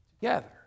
together